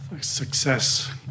success